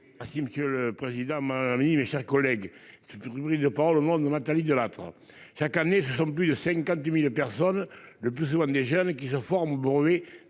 Ah si monsieur le président. Ma, mes chers collègues, cette rubrique de par le monde Nathalie Delattre chaque année ce sont plus de 50.000 personnes, le plus souvent jeunes qui se forment au brevet